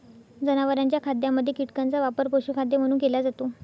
जनावरांच्या खाद्यामध्ये कीटकांचा वापर पशुखाद्य म्हणून केला जातो